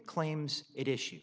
claims it issue